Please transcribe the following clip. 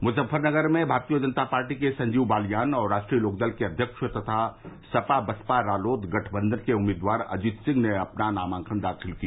मुजफुफरनगर में भारतीय जनता पार्टी के संजीव बालियान और राष्ट्रीय लोकदल के अध्यक्ष तथा सपा बसपा रालोद गठबंधन के उम्मीदवार अजीत सिंह ने अपना नामांकन दाखिल किया